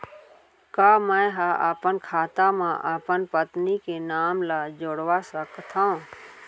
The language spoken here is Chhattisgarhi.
का मैं ह अपन खाता म अपन पत्नी के नाम ला जुड़वा सकथव?